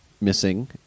missing